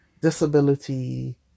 disability